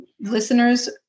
listeners